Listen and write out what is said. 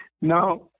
Now